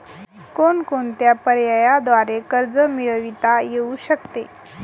कोणकोणत्या पर्यायांद्वारे कर्ज मिळविता येऊ शकते?